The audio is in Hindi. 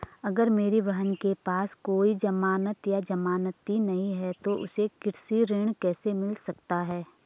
अगर मेरी बहन के पास कोई जमानत या जमानती नहीं है तो उसे कृषि ऋण कैसे मिल सकता है?